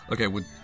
Okay